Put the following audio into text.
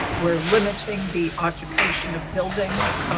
we're limiting the occupation of buildings.